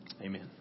Amen